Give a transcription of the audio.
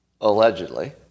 allegedly